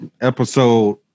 episode